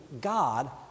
God